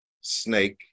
snake